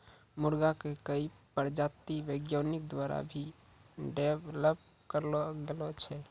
मुर्गा के कई प्रजाति वैज्ञानिक द्वारा भी डेवलप करलो गेलो छै